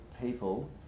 people